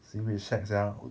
sibei shag sia